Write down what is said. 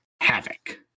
havoc